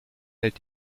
hält